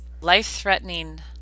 life-threatening